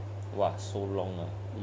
!wah! so long ah